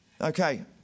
Okay